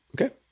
Okay